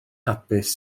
hapus